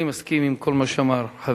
אני מסכים עם כל מה שאמר חברי